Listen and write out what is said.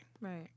Right